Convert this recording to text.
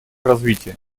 развития